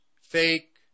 fake